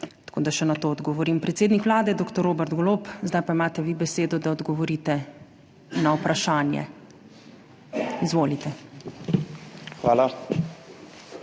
tako da še na to odgovorim. Predsednik Vlade dr. Robert Golob, zdaj pa imate vi besedo, da odgovorite na vprašanje. Izvolite. **DR.